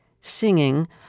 singing